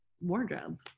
wardrobe